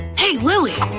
hey, lily!